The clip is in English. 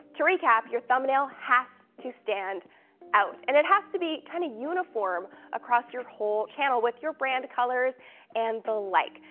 to recap, your thumbnail has to stand out and it has to be kind of uniform across your whole channel with your brand colors and the like.